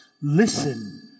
listen